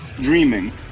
dreaming